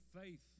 faith